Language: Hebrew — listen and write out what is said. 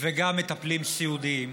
וגם מטפלים סיעודיים,